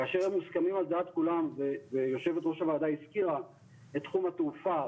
כאשר הם מוסכמים על דעת כולם ויו"ר הוועדה הזכירה את תחום התעופה,